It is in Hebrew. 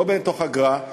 לא בתוך אגרה.